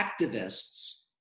activists